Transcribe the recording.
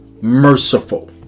merciful